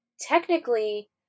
technically